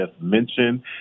mentioned